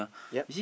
yea